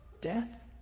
death